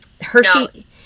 Hershey